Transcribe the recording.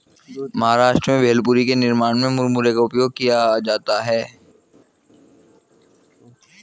महाराष्ट्र में भेलपुरी के निर्माण में मुरमुरे का उपयोग किया जाता है